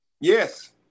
yes